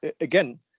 again